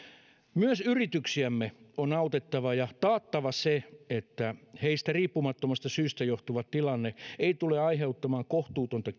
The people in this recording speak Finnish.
myös yrityksiämme on autettava ja taattava se että heistä riippumattomasta syystä johtuva tilanne ei tule aiheuttamaan kohtuutonta